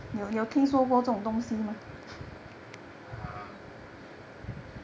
um